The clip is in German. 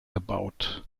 gebaut